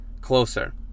closer